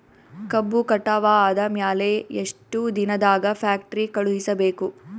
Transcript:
ಕಬ್ಬು ಕಟಾವ ಆದ ಮ್ಯಾಲೆ ಎಷ್ಟು ದಿನದಾಗ ಫ್ಯಾಕ್ಟರಿ ಕಳುಹಿಸಬೇಕು?